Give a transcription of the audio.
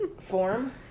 Form